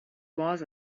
was